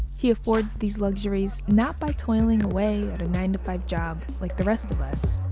he affords these luxuries not by toiling away at a nine to five job like the rest of us,